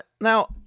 now